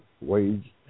wage